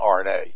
RNA